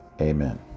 Amen